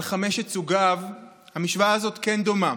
על חמשת סוגיו, אך המשוואה הזאת כן דומה.